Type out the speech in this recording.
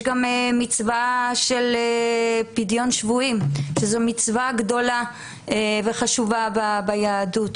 יש גם מצווה של פדיון שבויים וזאת מצווה גדולה וחשובה ביהדות,